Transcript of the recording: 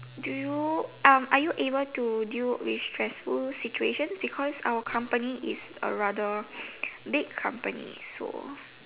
do you are you able to deal with stressful situations because our company is a rather big company so